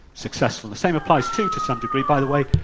successful. the same applies, too, to some degree, by the way,